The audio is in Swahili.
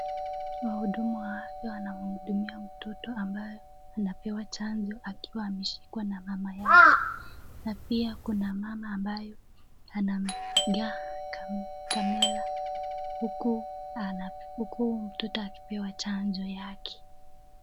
Mhudumu wa afya wanamhudumia mtoto ambaye anapewa chanjo akiwa ameshikwa na mama yake. Na pia kuna mama ambaye anampiga camera huku mtoto akipewa chanjo yake.